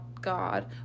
God